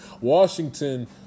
Washington